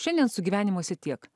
šiandien sugyvenimuose tiek